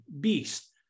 beast